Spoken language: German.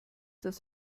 das